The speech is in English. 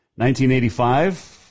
1985